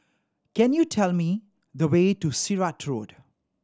can you tell me the way to Sirat Road